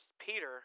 Peter